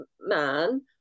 man